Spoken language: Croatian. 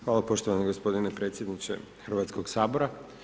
Hvala poštovani gospodine predsjedniče Hrvatskog sabora.